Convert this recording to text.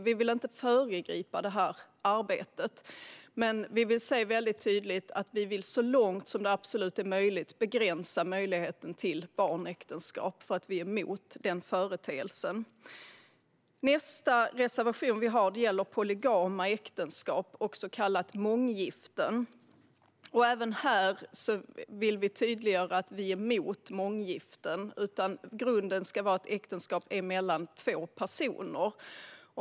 Vi vill inte föregripa det här arbetet, men vi vill se väldigt tydligt att vi så långt som det absolut är möjligt begränsar möjligheten till barnäktenskap, för vi är emot den företeelsen. Nästa reservation som vi har gäller polygama äktenskap, också kallat månggifte. Även här vill vi tydliggöra att vi är emot månggifte. Grunden ska vara att äktenskap är mellan två personer.